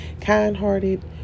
kind-hearted